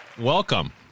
Welcome